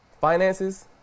Finances